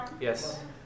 Yes